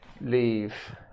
leave